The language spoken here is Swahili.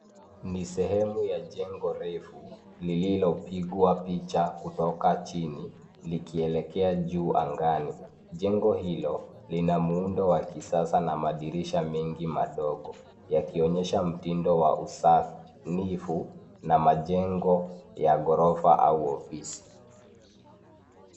Ni sehemu ya jengo refu lililopigwa picha kutoka chini likielekea juu angani ,jengo hilo lina muundo wa kisasa na madirisha mengi madogo yakionyesha mtindo wa usanifu na majengo ya ghorofa au ofisi.